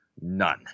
None